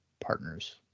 partners